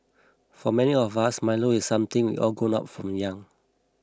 for many of us Milo is something we all grown up from young